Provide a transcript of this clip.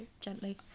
gently